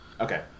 Okay